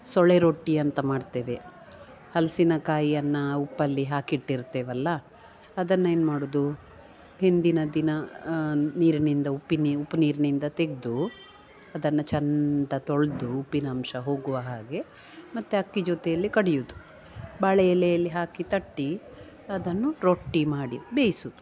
ಸೊಳೆ ರೊಟ್ಟಿ ಅಂತ ಮಾಡ್ತೇವೆ ಹಲ್ಸಿನ ಕಾಯನ್ನ ಉಪ್ಪಲ್ಲಿ ಹಾಕಿಟ್ಟಿರ್ತೇವಲ್ಲ ಅದನ್ನ ಏನು ಮಾಡುದು ಹಿಂದಿನ ದಿನ ನೀರಿನಿಂದ ಉಪ್ಪಿ ನಿ ಉಪ್ಪು ನೀರಿನಿಂದ ತೆಗೆದು ಅದನ್ನ ಚಂದ ತೊಳ್ದು ಉಪ್ಪಿನಾಂಶ ಹೋಗುವ ಹಾಗೆ ಮತ್ತೆ ಅಕ್ಕಿ ಜೊತೆಯಲ್ಲಿ ಕಡಿಯುದು ಬಾಳೆ ಎಲೆಯಲ್ಲಿ ಹಾಕಿ ತಟ್ಟಿ ಅದನ್ನು ರೊಟ್ಟಿ ಮಾಡಿ ಬೇಯಿಸುದು